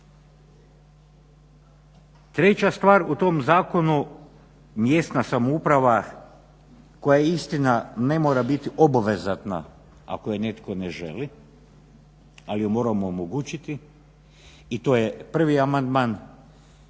Treća stvar u tom zakonu mjesna samouprava koja istina ne mora bit obvezatna ako je netko ne želi, ali je moramo omogućiti i to je prvi amandman.